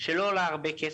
שזה לא עולה הרבה כסף,